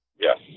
Yes